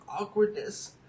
awkwardness